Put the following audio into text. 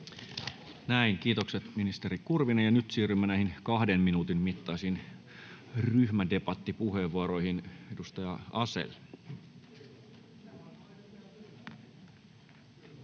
Näin. Kiitokset, ministeri Kurvinen. Ja nyt siirrymme näihin kahden minuutin mittaisiin ryhmädebattipuheenvuoroihin. — Edustaja Asell.